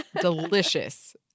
Delicious